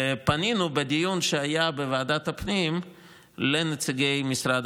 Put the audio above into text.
ופנינו בדיון שהיה בוועדת הפנים לנציגי משרד